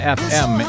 fm